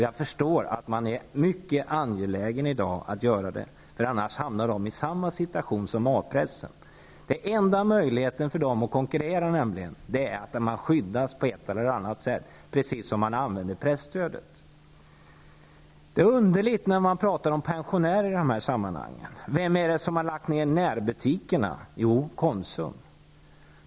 Jag förstår att man i dag är mycket angelägen att göra det, för annars hamnar KF i samma situation som A-pressen. Den enda möjligheten för KF att konkurrera är nämligen att man skyddas på ett eller annat sätt, precis som presstödet används. Det låter litet underligt när man pratar om pensionärerna i dessa sammanhang. Vem är det som har sett till att närbutikerna har lagts ned? Jo, Konsum.